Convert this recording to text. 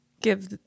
give